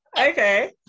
Okay